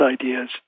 ideas